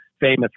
famous